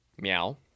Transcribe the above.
Meow